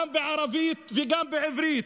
גם בערבית וגם בעברית,